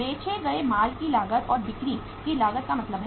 बेचे गए माल की लागत और बिक्री की लागत का मतलब है